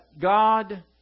God